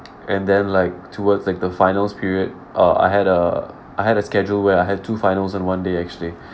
and then like towards like the finals period uh I had a I had a schedule where I had two finals in one day actually